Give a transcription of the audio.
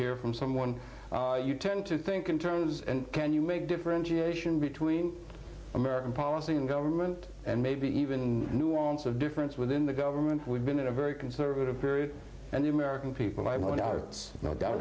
here from someone you tend to think in terms can you make differentiation between american policy in government and maybe even nuance of difference within the government we've been in a very conservative period and the american people i want are no doubt